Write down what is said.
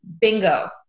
Bingo